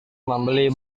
membeli